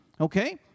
Okay